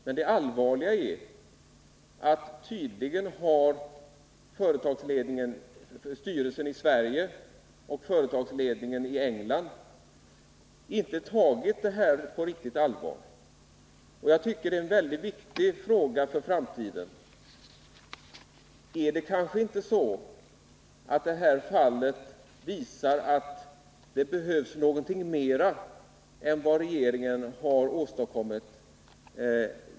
Men det allvarliga är att styrelsen i Sverige och företagsledningen i England tydligen inte har tagit detta riktigt på allvar. Visar inte Viggoärendet att det behövs någonting mer än vad regeringen har åstadkommit?